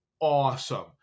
Awesome